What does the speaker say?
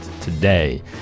today